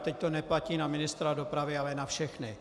Teď to neplatí na ministra dopravy, ale na všechny.